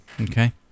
Okay